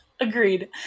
Agreed